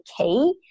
key